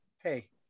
hey